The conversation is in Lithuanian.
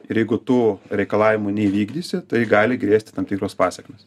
ir jeigu tų reikalavimų neįvykdysi tai gali grėsti tam tikros pasekmės